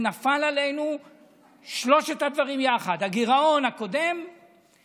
ונפלו עלינו שלושת הדברים יחד: הגירעון הקודם,